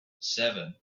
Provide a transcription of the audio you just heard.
seven